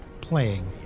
playing